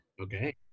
Okay